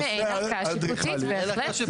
ערר היא ערכאה שיפוטית ,בהחלט.